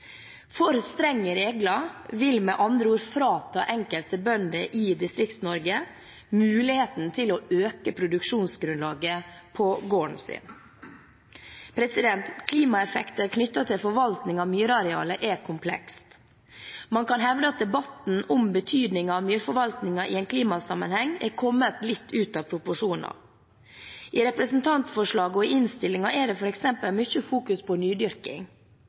For strenge regler vil med andre ord frata enkelte bønder i Distrikts-Norge muligheten til å øke produksjonsgrunnlaget på gården sin. Klimaeffekter knyttet til forvaltning av myrarealer er komplekst. Man kan hevde at debatten om betydningen av myrforvaltningen i en klimasammenheng har kommet litt ut av proporsjoner. I representantforslaget og i innstillingen fokuseres det f.eks. mye på nydyrking.